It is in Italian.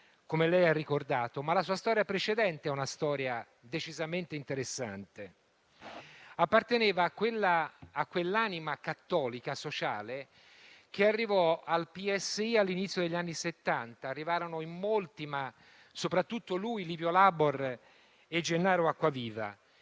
come lei ha ricordato. Ma anche la sua storia precedente è decisamente interessante. Apparteneva a quell'anima cattolica-sociale, che arrivò al PSI all'inizio degli anni Settanta; arrivarono in molti, ma soprattutto lui, Livio Labor e Gennaro Acquaviva.